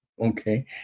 okay